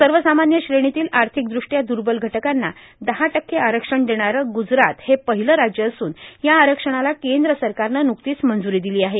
सर्वसामान्य श्रेणीतील आर्थिकदृष्ट्या दुर्बल घटकांना दहा टक्के आरक्षण देणारं ग्रजराथ हे पहिलं राज्य असून या आरक्षणाला केंद्र सरकारनं नुकतीच मंजूरी दिली आहे